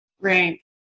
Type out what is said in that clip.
Right